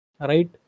Right